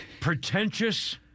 Pretentious